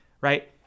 right